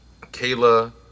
Kayla